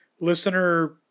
listener